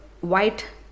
white